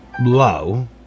low